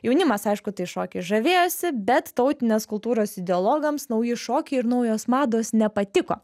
jaunimas aišku tais šokiais žavėjosi bet tautinės kultūros ideologams nauji šokiai ir naujos mados nepatiko